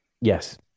Yes